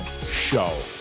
Show